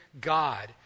God